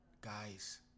Guys